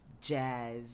jazz